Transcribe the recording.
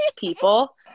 people